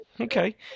Okay